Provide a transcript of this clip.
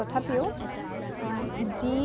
তথাপিও যি